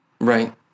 right